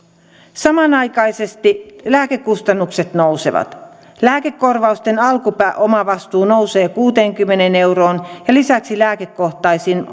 samanaikaisesti lääkekustannukset nousevat lääkekorvausten alkuomavastuu nousee kuuteenkymmeneen euroon ja lisäksi lääkekohtaisiin